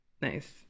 nice